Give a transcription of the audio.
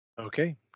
Okay